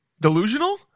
delusional